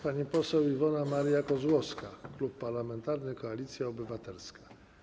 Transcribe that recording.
Pani poseł Iwona Maria Kozłowska, Klub Parlamentarny Koalicja Obywatelska.